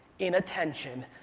in attention,